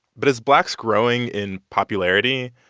but as black's growing in popularity,